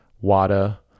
WADA